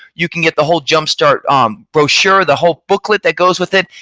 you can get the whole jump start um brochure the whole booklet that goes with it,